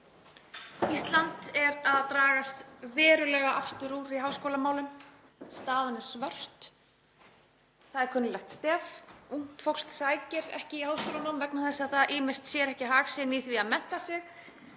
Ísland er að dragast verulega aftur úr í háskólamálum. Staðan er svört. Það er kunnuglegt stef. Ungt fólk sækir ekki í háskólanám vegna þess að það ýmist sér ekki hag sinn í því að mennta sig